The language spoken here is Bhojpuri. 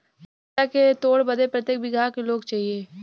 मरचा के तोड़ बदे प्रत्येक बिगहा क लोग चाहिए?